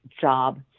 job